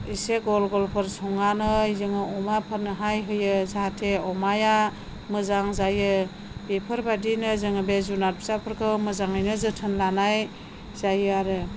एसे गल गलफोर संनानै जोङो अमाफोरनोहाय होयो जाहाथे अमाया मोजां जायो बेफोरबायदिनो जोङो बे जुनार फिसाफोरखौ मोजाङैनो जोथोन लानाय जायो आरो